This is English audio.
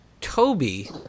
Toby